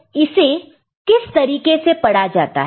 तो इसे किस तरीके से पढ़ा जाता है